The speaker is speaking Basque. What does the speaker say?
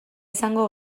esango